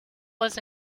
was